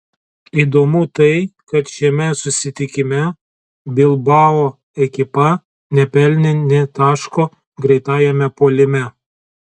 įdomu tai kad šiame susitikime bilbao ekipa nepelnė nė taško greitajame puolime